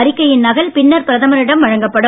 அறிக்கையின் நகல் பின்னர் பிரதமரிடம் வழங்கப்படும்